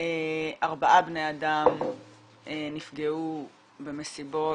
ארבעה בני אדם נפגעו במסיבות.